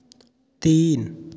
तीन